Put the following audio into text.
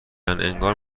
انگار